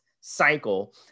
cycle